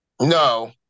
No